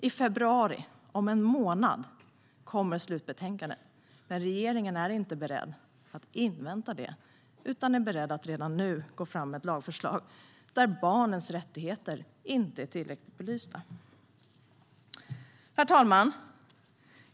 I februari, om en månad, kommer slutbetänkandet. Men regeringen är inte beredd att invänta det utan är beredd att redan nu gå fram med ett lagförslag där barnens rättigheter inte är tillräckligt belysta. Herr talman!